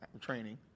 Training